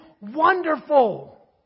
wonderful